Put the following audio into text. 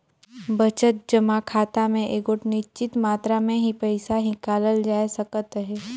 बचत जमा खाता में एगोट निच्चित मातरा में ही पइसा हिंकालल जाए सकत अहे